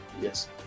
yes